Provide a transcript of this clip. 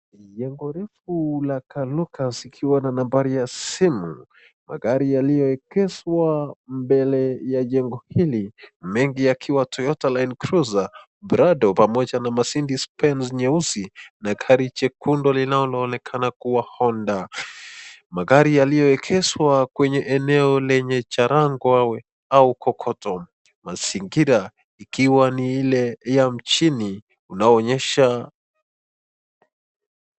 Jengo refu la kaluka ikiwa na nambari ya simu. Magari yameegeshwa mbele ya jengo hili, mengi yakiwa Toyota Land Cruiser, Prado pamoja na Mercedes-Benz nyeusi na gari jekundu linaloonekana kuwa Honda. Magari yaliyowekeswa kwenye eneo lenye charangua au kokoto. Mazingira ikiwa ni ile ya mjini unaonyesha.